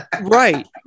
Right